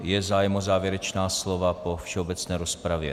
Je zájem o závěrečná slova po všeobecné rozpravě?